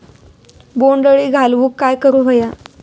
बोंड अळी घालवूक काय करू व्हया?